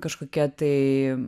kažkokie tai